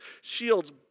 shields